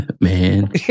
Man